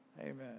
Amen